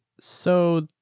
so,